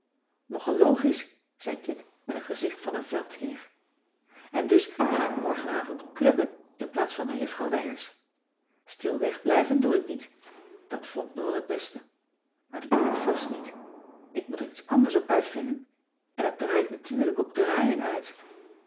nogal logisch zei kit met een gezicht van een veldheer cissy van marxveldt de h b s tijd van joop ter heul en dus ga ik morgenavond clubben in plaats van naar juffrouw wijers stil wegblijven doe ik niet dat vond noor het beste maar dat doe ik vast niet ik moet er iets anders op uitvinden en t draait natuurlijk op draaien uit